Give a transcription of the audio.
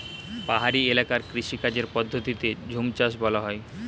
পাহাড়ি এলাকার কৃষিকাজের পদ্ধতিকে ঝুমচাষ বলা হয়